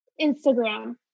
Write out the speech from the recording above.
Instagram